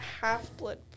Half-Blood